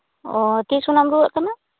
ᱚ ᱛᱤᱸᱥ ᱠᱷᱚᱱᱟᱜ ᱮᱢ ᱨᱩᱣᱟᱹᱜ ᱠᱟᱱᱟ